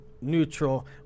neutral